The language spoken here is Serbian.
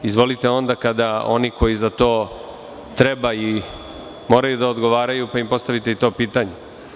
Izvolite onda kada oni koji za to treba i moraju da odgovaraju pa im postavite to pitanje.